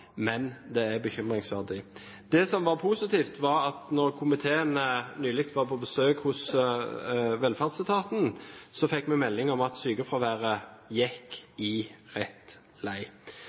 men det er bekymringsfullt. Det som er positivt, er at da komiteen nylig var på besøk hos velferdsetaten, fikk vi melding om at sykefraværet går i